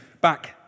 back